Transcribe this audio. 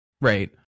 Right